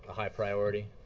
high priority,